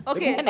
Okay